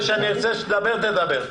כשאני ארצה שתדבר, תדבר.